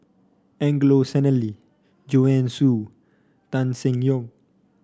Angelo Sanelli Joanne Soo Tan Seng Yong